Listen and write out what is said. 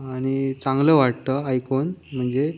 आणि चांगलं वाटतं ऐकून म्हणजे